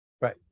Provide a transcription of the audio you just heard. Right